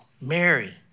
Mary